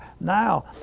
now